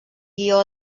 guió